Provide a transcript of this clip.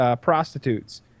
prostitutes